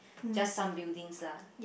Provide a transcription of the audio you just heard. just some buildings lah